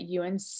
UNC